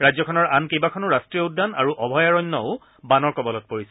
ৰাজ্যখনৰ আন কেইবাখনো ৰাট্টীয় উদ্যান আৰু অভয়াৰণ্যও বানৰ কবলত পৰিছে